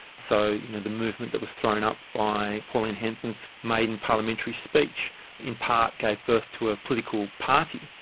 so you know the movement that was thrown up by pauline hanson's maiden parliamentary speech in part gave birth to a political party,